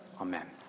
Amen